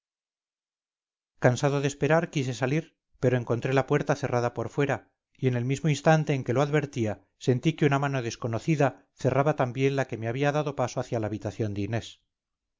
cansado de esperar quise salir pero encontré la puerta cerrada por fuera y en elmismo instante en que lo advertía sentí que una mano desconocida cerraba también la que me había dado paso hacia la habitación de inés